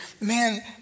man